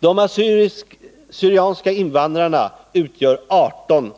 De assyriska syrianska invandrargruppen.